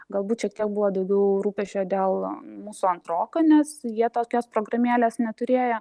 galbūt šiek tiek buvo daugiau rūpesčio dėl mūsų antroko nes jie tokios programėlės neturėjo